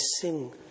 sing